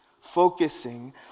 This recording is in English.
focusing